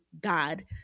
God